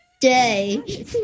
day